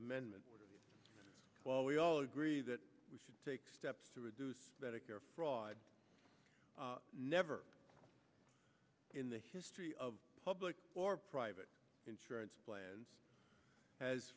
amendment while we all agree that we should take steps to reduce medicare fraud never in the history of public or private insurance plans has